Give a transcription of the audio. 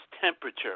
temperature